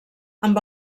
amb